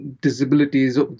disabilities